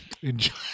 enjoy